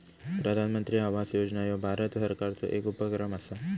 प्रधानमंत्री आवास योजना ह्यो भारत सरकारचो येक उपक्रम असा